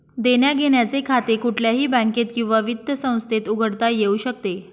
देण्याघेण्याचे खाते कुठल्याही बँकेत किंवा वित्त संस्थेत उघडता येऊ शकते